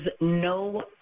no